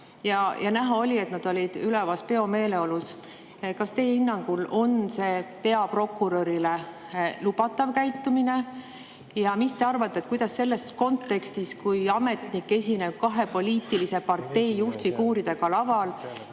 oli näha, et nad olid ülevas peomeeleolus. Kas teie hinnangul on see peaprokurörile lubatav käitumine? Mis te arvate, kuidas see kontekst, et ametnik esineb kahe poliitilise partei juhtfiguuriga laval,